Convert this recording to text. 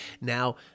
now